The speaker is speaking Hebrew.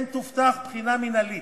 כן תובטח בחינה מינהלית,